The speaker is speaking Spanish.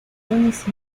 leones